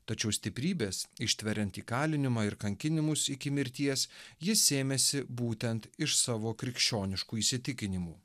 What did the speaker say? tačiau stiprybės ištveriant įkalinimą ir kankinimus iki mirties jis sėmėsi būtent iš savo krikščioniškų įsitikinimų